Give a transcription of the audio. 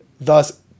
thus